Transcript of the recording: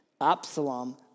Absalom